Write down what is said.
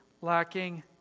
lacking